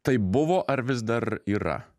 taip buvo ar vis dar yra